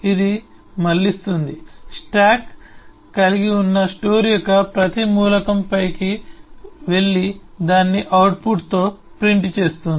ఇది మళ్ళిస్తుంది స్టాక్ కలిగి ఉన్న స్టోర్ యొక్క ప్రతి మూలకంపైకి వెళ్లి దాన్ని అవుట్పుట్తో ప్రింట్ చేస్తుంది